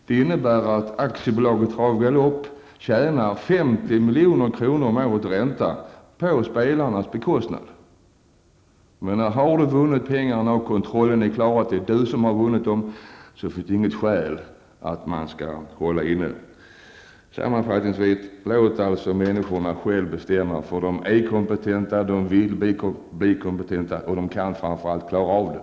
Det innebär att AB Trav och Galopp tjänar 50 miljoner genom ränta på spelarnas bekostnad. Har du vunnit pengarna och kontrollen är klar, finns det inget skäl att hålla inne vinsten. Sammanfattningsvis: Låt alltså människorna själva bestämma. De är kompetenta, vill bli kompetenta och kan framför allt klara av det.